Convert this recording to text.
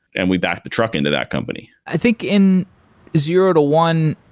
and we backed the truck into that company. i think in zero to one,